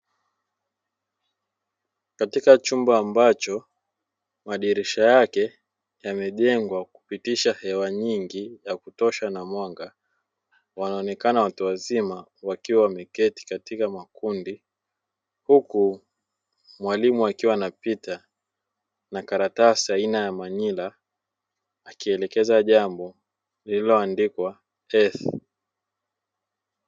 Katika chumba ambacho madirisha yake yamejengwa kupitisha hewa nyingi ya kutosha na mwanga; wanaonekana watu wazima wakiwa wameketi katika makundi, huku mwalimu akiwa anapita na karatasi aina ya manila akielekeza jambo lililoandikwa "EARTH".